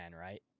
right